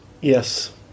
yes